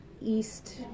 East